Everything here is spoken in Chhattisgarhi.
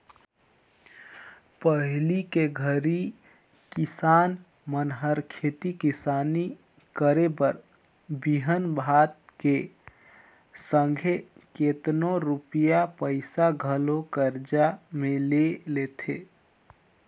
पहिली के घरी किसान मन हर खेती किसानी करे बर बीहन भात के संघे केतनो रूपिया पइसा घलो करजा में ले लेथें